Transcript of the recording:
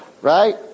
right